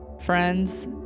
friends